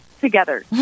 together